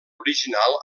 original